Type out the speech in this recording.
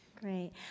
Great